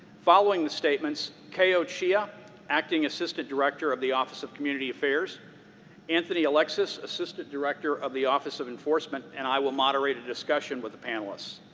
following the statements, keo chea, yeah acting assistant director of the office of community affairs anthony alexis, assistant director of the office of enforcement, and i will moderate a discussion with the panelists.